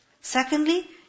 Secondly